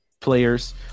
players